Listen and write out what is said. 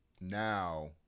now